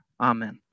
Amen